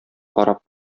карап